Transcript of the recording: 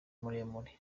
muremure